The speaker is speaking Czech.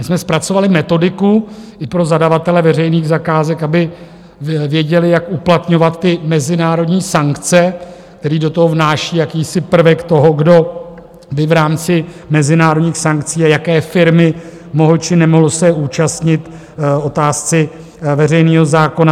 My jsme zpracovali metodiku i pro zadavatele veřejných zakázek, aby věděli, jak uplatňovat ty mezinárodní sankce, které do toho vnáší jakýsi prvek toho, kdo by v rámci mezinárodních sankcí a jaké firmy mohly či nemohly se účastnit veřejného zákona.